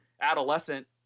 adolescent